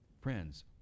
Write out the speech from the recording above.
Friends